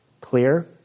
clear